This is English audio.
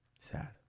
Sad